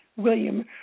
William